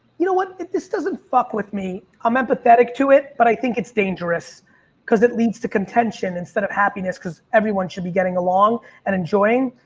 you know what? this doesn't fuck with me, i'm empathetic to it, but i think it's dangerous because it leads to contention instead of happiness. cause everyone should be getting along and enjoying.